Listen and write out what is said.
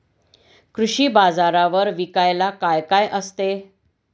कृषी बाजारावर विकायला काय काय असते?